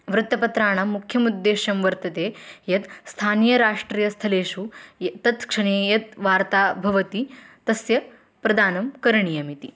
वृत्तपत्राणां मुख्यमुद्देश्यं वर्तते यत् स्थानीयराष्ट्रीयस्थलेषु ये तत् क्षणे यत् वार्ता भवति तस्य प्रदानं करणीयमिति